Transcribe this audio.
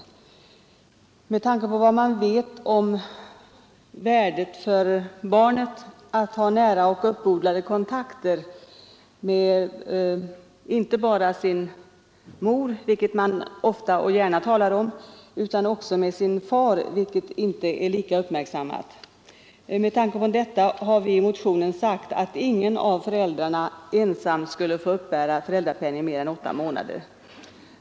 Men med tanke på vad man vet om värdet för barnet att ha nära och uppodlade kontakter inte bara med sin mor, vilket man ofta och gärna talar om, utan också med sin far, vilket inte är lika uppmärksammat, har vi i motionen sagt att ingen av föräldrarna ensam skulle få uppbära föräldrapenning mer än åtta månader.